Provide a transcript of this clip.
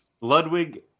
Ludwig